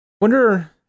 Wonder